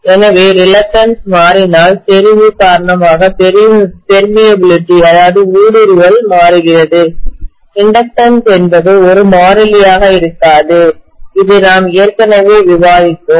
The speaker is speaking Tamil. எனவே ரிலக்டன்ஸ் மாறினால் செறிவு காரணமாக பெர்மியபிலில்டிஊடுருவல் மாறுகிறது இண்டக்டன்ஸ் என்பது ஒரு மாறிலி ஆக இருக்காது இது நாம் ஏற்கனவே விவாதித்தோம்